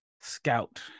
scout